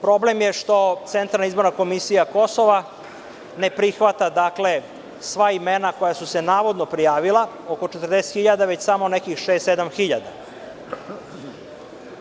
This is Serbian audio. Problem je, što Centralna izborna komisija Kosova ne prihvata, dakle, sva imena koja su se navodno prijavila oko 40.000, već samo nekih šest sedam hiljada.